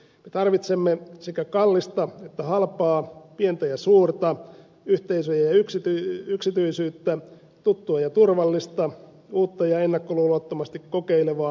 me tarvitsemme sekä kallista että halpaa pientä ja suurta yhteisöjä ja yksityisyyttä tuttua ja turvallista uutta ja ennakkoluulottomasti kokeilevaa